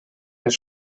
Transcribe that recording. naar